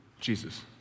Jesus